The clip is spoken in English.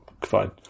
fine